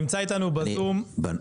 נמצא איתנו בזום חבר הכנסת אלון טל.